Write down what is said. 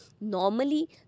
normally